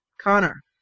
Connor